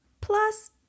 Plus